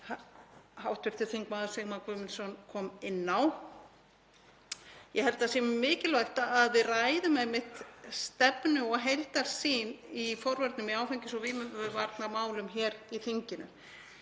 og hv. þm. Sigmar Guðmundsson kom inn á. Ég held að það sé mikilvægt að við ræðum einmitt stefnu og heildarsýn í forvörnum í áfengis- og vímuvarnamálum hér í þinginu.